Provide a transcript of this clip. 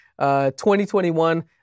2021